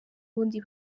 ubundi